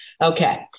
Okay